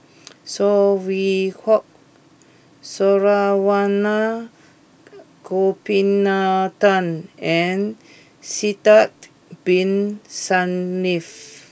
Saw Swee Hock Saravanan Gopinathan and Sidek Bin Saniff